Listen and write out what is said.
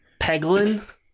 Peglin